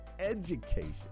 education